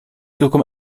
córką